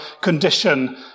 condition